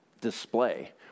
display